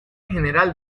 general